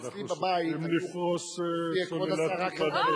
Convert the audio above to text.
אנחנו נפרוס סוללת "כיפת ברזל".